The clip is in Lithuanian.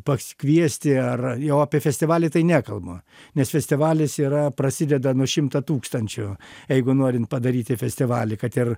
pasikviesti ar jau apie festivalį tai nekalbu nes festivalis yra prasideda nuo šimtą tūkstančių jeigu norint padaryti festivalį kad ir